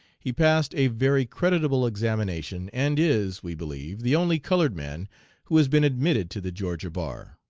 he passed a very creditable examination, and is, we believe, the only colored man who has been admitted to the georgia bar.